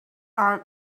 armed